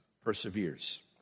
perseveres